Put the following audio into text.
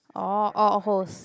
orh orh hose